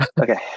Okay